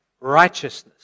righteousness